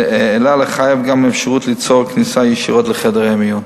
אלא לחייב גם אפשרות ליצור כניסה ישירות לחדרי המיון.